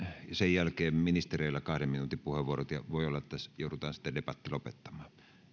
sen jälkeen ministereille kahden minuutin puheenvuorot ja voi olla että joudutaan sitten debatti lopettamaan